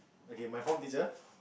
okay my form teacher